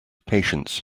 patience